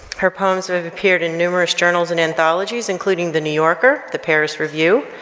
her poems have appeared in numerous journals and anthologies including the new yorker, the paris review,